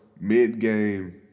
mid-game